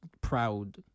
proud